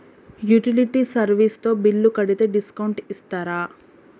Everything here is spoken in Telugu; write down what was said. యుటిలిటీ సర్వీస్ తో బిల్లు కడితే డిస్కౌంట్ ఇస్తరా?